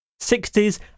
60s